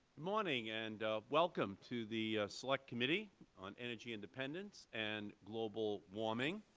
morning and welcome to the select committee on energy independence and global warming.